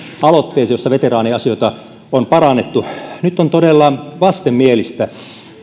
aloitteeseen jossa veteraanien asioita on parannettu nyt on todella vastenmielistä